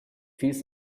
feels